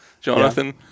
jonathan